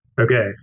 Okay